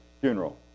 funeral